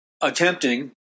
attempting